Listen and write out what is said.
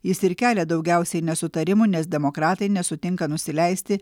jis ir kelia daugiausiai nesutarimų nes demokratai nesutinka nusileisti